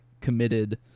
committed